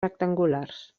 rectangulars